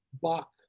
Bach